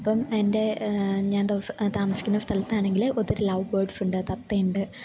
അപ്പം എൻ്റെ ഞാൻ താമസിക്കുന്ന സ്ഥലത്താണെങ്കിൽ ഒത്തിരി ലവ് ബേർഡ്സ് ഉണ്ട് തത്തയുണ്ട്